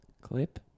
Clip